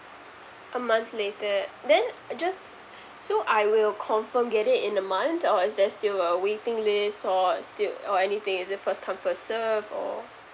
a month later then uh just so I will confirm get it in a month or is there still a waiting list or still or anything is it first come first serve or